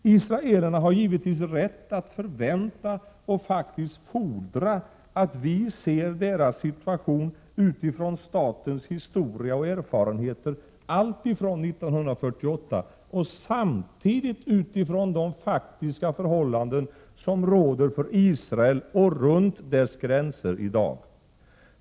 Israelerna har givetvis rätt att förvänta sig och faktiskt fordra att vi ser deras situation utifrån statens historia och erfarenheter alltifrån 1948 och samtidigt utifrån de faktiska förhållanden som råder för Israel och runt dess gränser i dag.